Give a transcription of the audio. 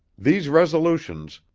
these resolutions,